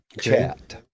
chat